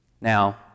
Now